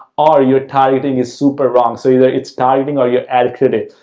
or your targeting is super wrong. so, either it's targeting or your ad creative.